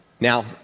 Now